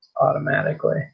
automatically